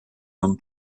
homme